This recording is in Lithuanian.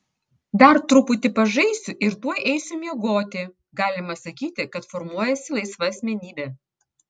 dar truputį pažaisiu ir tuoj eisiu miegoti galima sakyti kad formuojasi laisva asmenybė